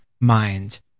mind